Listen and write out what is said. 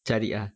cari ah